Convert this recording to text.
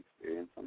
experience